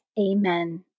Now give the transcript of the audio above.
Amen